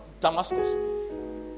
Damascus